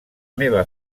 meva